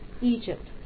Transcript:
Egypt